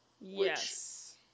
Yes